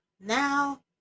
now